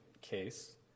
case